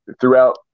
throughout